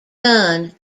gunn